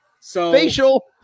Facial